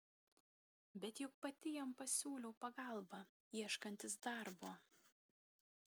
bet juk pati jam pasiūliau pagalbą ieškantis darbo